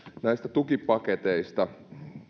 näistä tukipaketeista